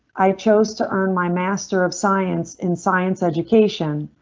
i chose to earn my master of science in science education,